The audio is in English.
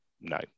No